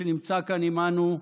שנמצא כאן עימנו,